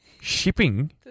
Shipping